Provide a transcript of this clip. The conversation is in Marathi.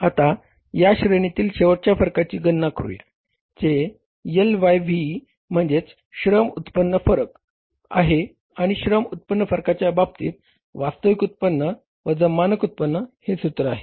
आता या श्रेणीतील शेवटच्या फरकाची गणना करूया जे LYV म्हणजेच श्रम उत्पन्न फरक आहे आणि श्रम उत्पन्न फरकाच्या बाबतीत वास्तविक उत्पन्न वजा मानक उत्पन्न हे सूत्र आहे